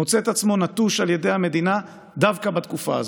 מוצא את עצמו נטוש על ידי המדינה דווקא בתקופה הזאת.